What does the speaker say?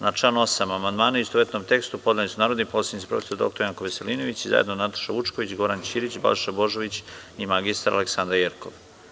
Na član 8. amandmane, u istovetnom tekstu, podneli su narodni poslanici prof. dr Janko Veselinović i zajedno Nataša Vučković, Goran Ćirić, Balša Božović i mr Aleksandra Jerkov.